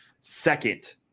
Second